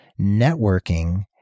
networking